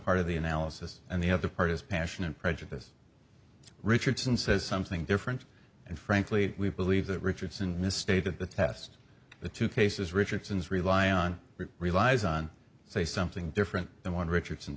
part of the analysis and the other part is passion and prejudice richardson says something different and frankly we believe that richardson misstated the test the two cases richardson's rely on relies on say something different than what richardson